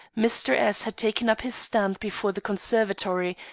mr. s had taken up his stand before the conservatory,